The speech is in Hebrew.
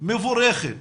מבורכת